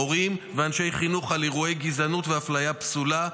הורים ואנשי חינוך על אירועי גזענות ואפליה פסולה.